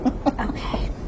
Okay